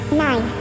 nine